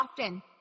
often